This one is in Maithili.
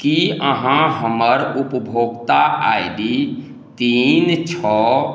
की अहाँ हमर उपभोक्ता आइ डी तीन छओ